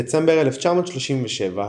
בדצמבר 1937,